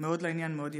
מאוד לעניין, מאוד יפה.